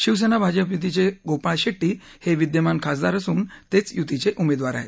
शिवसेना भाजप युतीचे गोपाळ शेट्टी विद्यमान खासदार असून तेच युतीचे उमेदवार आहेत